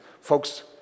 Folks